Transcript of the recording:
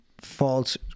false